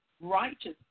righteous